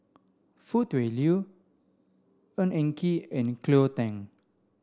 Foo Tui Liew Ng Eng Kee and Cleo Thang